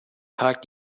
tag